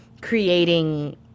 creating